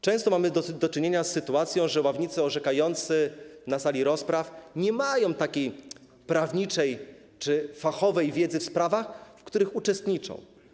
Często mamy do czynienia z sytuacją, że ławnicy orzekający na sali rozpraw nie mają takiej prawniczej czy fachowej wiedzy w sprawach, w których uczestniczą.